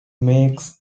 makes